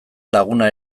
laguna